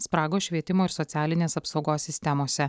spragos švietimo ir socialinės apsaugos sistemose